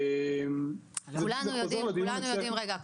רגע.